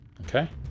Okay